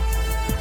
נגד,